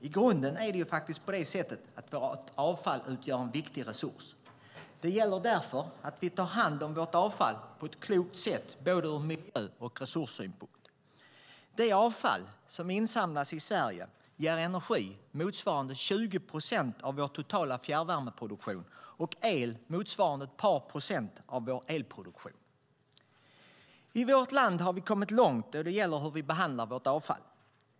I grunden är det faktiskt på det sättet att vårt avfall utgör en viktig resurs. Det gäller därför att vi tar hand om vårt avfall på ett klokt sätt, både ur miljö och ur resurssynpunkt. Det avfall som insamlas i Sverige ger energi motsvarande 20 procent av vår totala fjärrvärmeproduktion och el motsvarande ett par procent av vår elproduktion. I vårt land har vi kommit långt då det gäller hur vi behandlar vårt avfall.